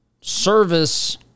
Service